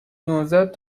نوزاد